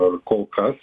ir kol kas